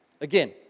Again